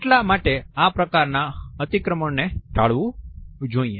એટલા માટે આ પ્રકારના અતિક્રમણ ને ટાળવું જોઈએ